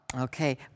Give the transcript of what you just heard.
Okay